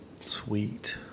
Sweet